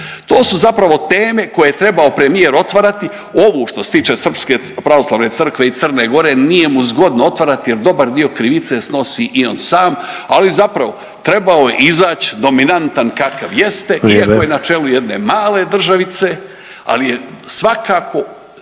To su zapravo teme koje je trebao premijer otvarati ovu što se tiče Srpske pravoslavne crkve i Crne Gore nije mu zgodno otvarati, jer dobar dio krivice snosi i on sam. Ali zapravo trebao je izaći dominantan kakav jeste … …/Upadica Sanader: Vrijeme./… … iako